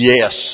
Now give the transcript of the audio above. Yes